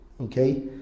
okay